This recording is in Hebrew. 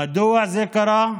מדוע זה קרה?